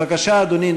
בבקשה, אדוני.